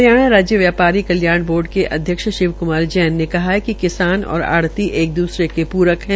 हरियाणा राज्य व्यपारी कल्याण बोर्ड के अध्यक्ष शिवकुमार जैन ने कहा है कि किसान और आढ़ती एक दूसरे के पूरक है